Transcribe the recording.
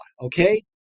Okay